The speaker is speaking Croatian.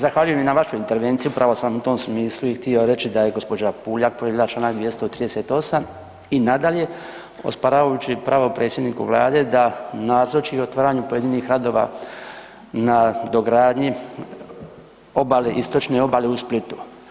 Zahvaljujem i na vašoj intervenciji upravo sam u tom smislu htio reći da je gospođa PUljak povrijedila čl. 238.i nadalje osporavajući pravo predsjedniku Vlade da nazoči otvaranju pojedinih radova na dogradnji obale, istočne obale u Splitu.